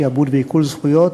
שעבוד ועיקול זכויות),